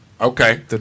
Okay